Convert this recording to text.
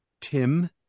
Tim